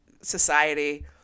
society